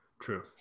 True